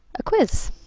a quiz.